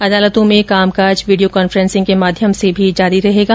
अदालतों में कामकाज वीडियो कॉन्फ्रेसिंग के माध्यम से भी जारी रहेगा